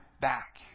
back